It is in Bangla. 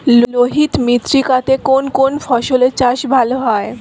লোহিত মৃত্তিকা তে কোন কোন ফসলের চাষ ভালো হয়?